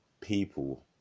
people